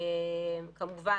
כמובן,